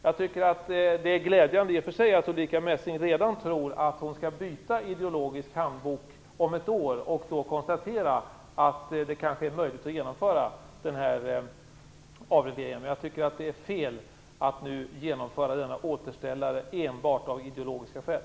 Det är i och för sig glädjande att Ulrica Messing redan tror att hon skall byta ideologisk handbok om ett år och då konstatera att det kanske är möjligt att genomföra denna avreglering. Det är fel att nu genomföra denna återställare enbart av ideologiska skäl.